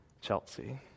Chelsea